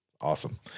Awesome